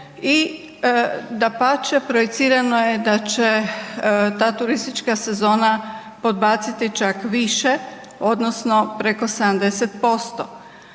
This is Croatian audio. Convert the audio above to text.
i, dapače, projicirano je da će ta turistička sezona podbaciti čak više odnosno preko 70%.